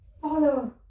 follow